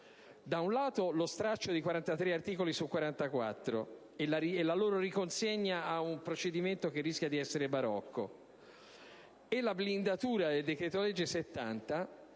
insieme lo stralcio di 43 articoli su 44 e la loro riconsegna a un procedimento che rischia di essere barocco con la blindatura del decreto-legge n.